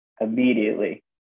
immediately